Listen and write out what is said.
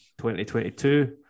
2022